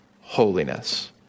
holiness